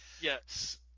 Yes